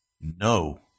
No